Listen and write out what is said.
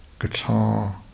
guitar